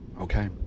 Okay